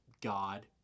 God